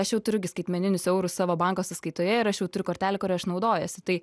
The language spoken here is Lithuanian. aš jau turiu gi skaitmeninius eurus savo banko sąskaitoje ir aš jau kortelę kuria aš naudojuosi tai